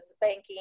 banking